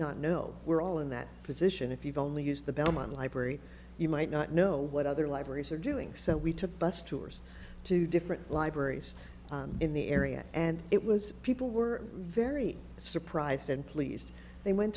not know we're all in that position if you only use the belmont library you might not know what other libraries are doing so we took a bus tours to different libraries in the area and it was people were very surprised and pleased they went